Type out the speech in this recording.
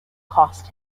cost